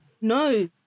no